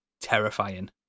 terrifying